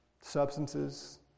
Substances